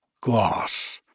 gloss